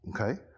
okay